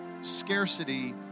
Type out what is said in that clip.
scarcity